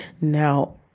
now